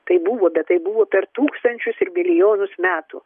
tai buvo bet tai buvo per tūkstančius ir milijonus metų